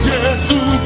Jesus